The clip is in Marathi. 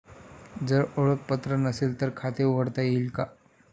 जर ओळखपत्र नसेल तर खाते उघडता येईल का?